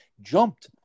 jumped